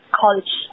college